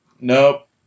Nope